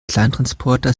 kleintransporter